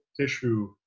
tissue